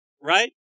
right